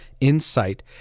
insight